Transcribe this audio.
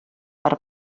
per